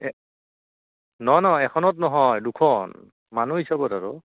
এ নহয় নহয় এখনত নহয় দুখন মানুহ হিচাপত আৰু